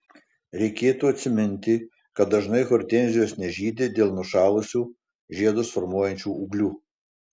reikėtų atsiminti kad dažnai hortenzijos nežydi dėl nušalusių žiedus formuojančių ūglių